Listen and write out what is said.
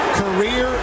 career